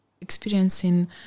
experiencing